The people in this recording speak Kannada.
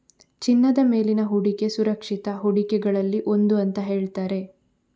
ಚಿನ್ನದ ಮೇಲಿನ ಹೂಡಿಕೆ ಸುರಕ್ಷಿತ ಹೂಡಿಕೆಗಳಲ್ಲಿ ಒಂದು ಅಂತ ಹೇಳ್ತಾರೆ